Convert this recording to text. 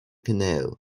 canoe